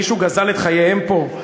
מישהו גזל את חייהם פה?